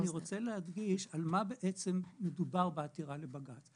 אני רוצה להדגיש על מה בעצם מדובר בעתירה לבג"ץ.